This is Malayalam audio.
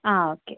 ആ ഓക്കെ